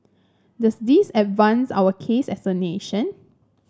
does this advance our cause as a nation